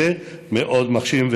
זה מאוד מרשים,